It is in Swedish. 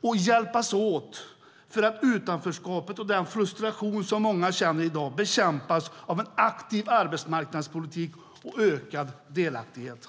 Vi måste hjälpas åt så att utanförskapet och den frustration som många i dag känner bekämpas av en aktiv arbetsmarknadspolitik och ökad delaktighet.